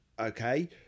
Okay